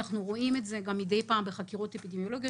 רואים את זה גם מדי פעם בחקירות אפידמיולוגיות